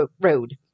Road